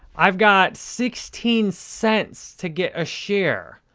i've got sixteen cents to get a share,